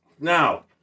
Now